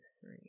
three